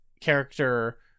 character